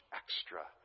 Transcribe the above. extra